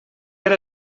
era